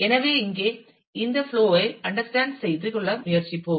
எனவே இங்கே இந்த புளோ ஐ அண்டர்ஸ்டாண்ட் செய்து கொள்ள முயற்சிப்போம்